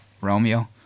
Romeo